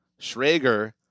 Schrager